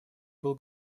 был